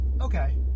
okay